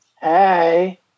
hey